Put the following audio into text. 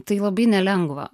tai labai nelengva